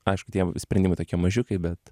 aišku tie sprendimai tokie mažiukai bet